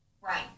Right